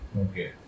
Okay